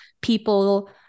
people